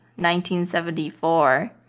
1974